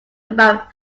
about